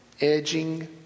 Edging